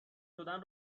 شدن